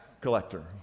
collector